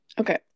Okay